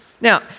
Now